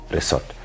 Resort